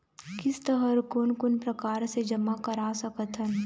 किस्त हर कोन कोन प्रकार से जमा करा सकत हन?